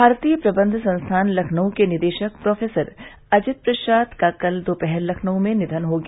भारतीय प्रबंध संस्थान लखनऊ के निदेशक प्रोफेसर अजित प्रसाद का कल दोपहर लखनऊ में निधन हो गया